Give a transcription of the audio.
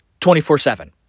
24-7